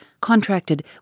contracted